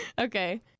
Okay